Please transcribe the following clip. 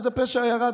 איזה פשע ירד?